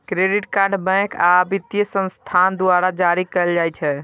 credit card bank आ वित्तीय संस्थान द्वारा जारी कैल जाइ छै